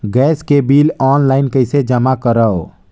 Gas के bill online कइसे जमा करव?